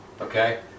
okay